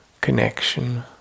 connection